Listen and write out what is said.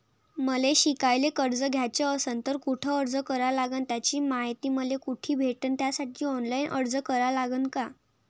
मले शिकायले कर्ज घ्याच असन तर कुठ अर्ज करा लागन त्याची मायती मले कुठी भेटन त्यासाठी ऑनलाईन अर्ज करा लागन का?